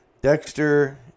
Dexter